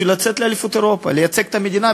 בשביל לצאת לאליפות אירופה לייצג את המדינה,